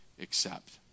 accept